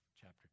chapter